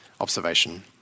observation